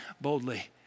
boldly